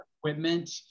equipment